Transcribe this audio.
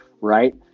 Right